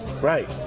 Right